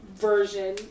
version